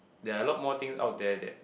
there are a lot more things out there that